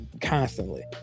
constantly